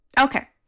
Okay